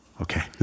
Okay